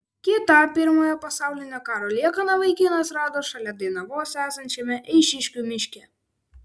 kitą pirmojo pasaulinio karo liekaną vaikinas rado šalia dainavos esančiame eišiškių miške